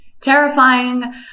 terrifying